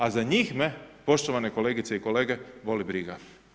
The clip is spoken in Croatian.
A za njih me poštovane kolegice i kolege boli briga.